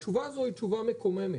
התשובה הזו היא תשובה מקוממת.